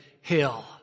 hill